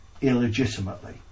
illegitimately